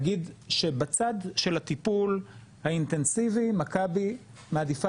נגיד שבצד של הטיפול האינטנסיבי מכבי מעדיפה